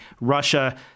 Russia